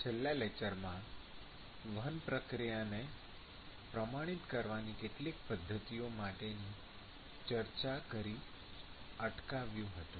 છેલ્લા લેકચરમાં વહન પ્રક્રિયાને પ્રમાણિત કરવાની કેટલીક પદ્ધતિઓ માટેની ચર્ચા કરી અટકાવ્યું હતું